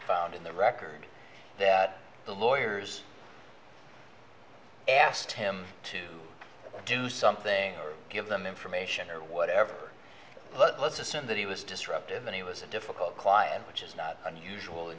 found in the record that the lawyers asked him to do something give them information or whatever but let's assume that he was disruptive and he was a difficult client which is not unusual in